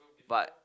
but